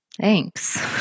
Thanks